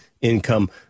income